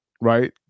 right